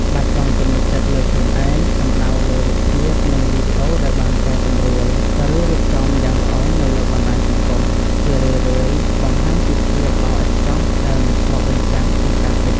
បាត់បង់ទំនុកចិត្តលើខ្លួនឯង សំដៅលើរូបភាព និងវីដេអូដែលបានកែសម្រួល ឬរៀបចំយ៉ាងល្អនៅលើបណ្ដាញសង្គម ជារឿយៗបង្ហាញពីភាពល្អឥតខ្ចោះដែលមិនឆ្លុះបញ្ចាំងពីការពិត។